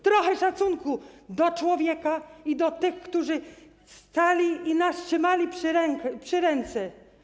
Trochę szacunku dla człowieka i do tych, którzy stali i nas trzymali za ręce.